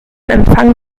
empfang